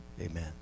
Amen